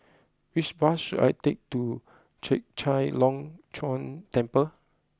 which bus should I take to Chek Chai Long Chuen Temple